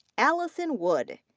allison wood.